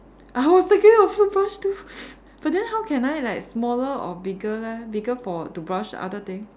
I was thinking of toothbrush too but then how can I like smaller or bigger leh bigger for to brush other thing